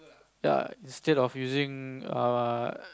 ya instead of using our